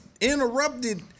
interrupted